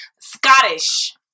Scottish